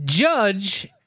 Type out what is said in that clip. Judge